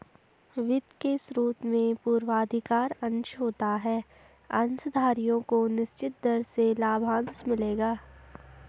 वित्त के स्रोत में पूर्वाधिकार अंश होता है अंशधारियों को निश्चित दर से लाभांश मिलेगा